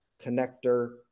connector